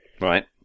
Right